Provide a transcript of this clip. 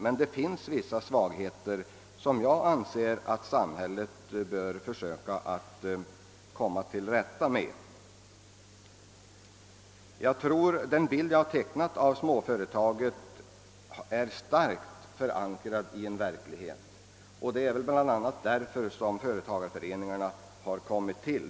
Men det finns vissa svagheter som jag anser att samhället bör försöka hjälpa till att komma till rätta med. Jag anser att den bild jag tecknat av småföretaget är starkt förankrad i verkligheten, och det är bl.a. av de skäl jag angivit som företagareföreningarna har kommit till.